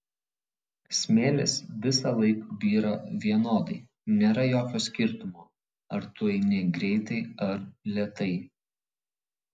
smėlis visąlaik byra vienodai nėra jokio skirtumo ar tu eini greitai ar lėtai